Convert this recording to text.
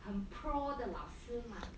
很 pro 的老师 mah